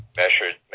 measured